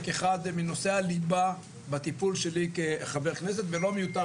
כאחד מנושאי הליבה בטיפול שלי כחבר כנסת ולא מיותר